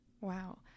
Wow